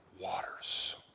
waters